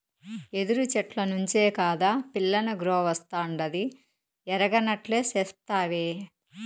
యెదురు చెట్ల నుంచే కాదా పిల్లనగ్రోవస్తాండాది ఎరగనట్లే సెప్తావే